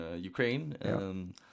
Ukraine